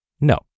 No